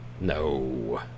No